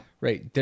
Right